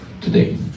today